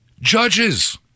judges